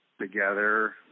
together